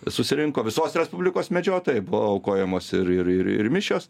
susirinko visos respublikos medžiotojai buvo aukojamos ir ir ir mišios